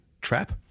trap